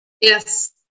Yes